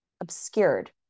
obscured